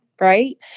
right